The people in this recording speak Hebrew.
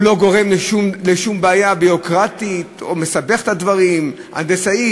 הוא לא גורם לשום בעיה ביורוקרטית או מסבך את הדברים הנדסית.